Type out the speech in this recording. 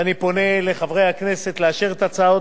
ואני פונה לחברי הכנסת לאשר את הצעת